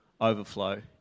overflow